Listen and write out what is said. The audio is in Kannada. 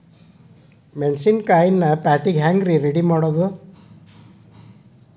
ಮೆಣಸಿನಕಾಯಿನ ಪ್ಯಾಟಿಗೆ ಹ್ಯಾಂಗ್ ರೇ ರೆಡಿಮಾಡೋದು?